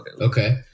Okay